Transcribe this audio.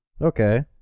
Okay